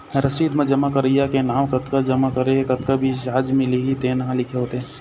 रसीद म जमा करइया के नांव, कतका जमा करे हे, कतका बियाज मिलही तेन ह लिखे होथे